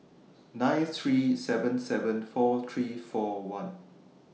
nine three seven seven four three four one